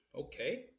Okay